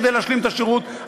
כדי להשלים את השירות,